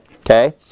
okay